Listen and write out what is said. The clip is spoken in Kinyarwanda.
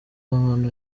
ahantu